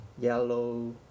yellow